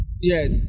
Yes